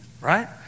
Right